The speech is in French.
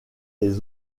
les